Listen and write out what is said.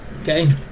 Okay